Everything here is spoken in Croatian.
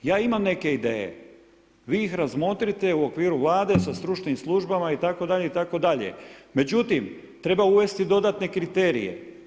Ja imam neke ideje, vi ih razmotrite u okviru Vlade sa stručnim službama itd., itd., međutim treba uvesti dodatne kriterije.